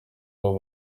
abo